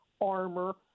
armor